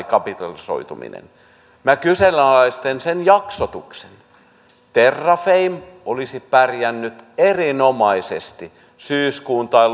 kapitalisoitumista minä kyseenalaistan sen jaksotuksen terrafame olisi pärjännyt erinomaisesti syyskuuhun tai